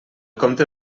comte